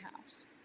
house